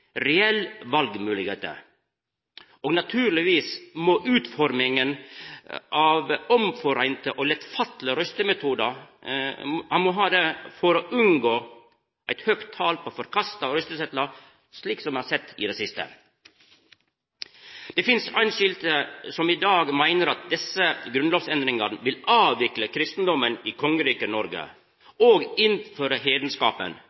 og naturlegvis utforminga av lettfattelege røystemetodar det er einigheit om. Ein må ha det for å unngå eit høgt tal på forkasta røystesetlar, slik me har sett i det siste. Det finst einskilde som i dag meiner at desse grunnlovsendringane vil avvikla kristendommen i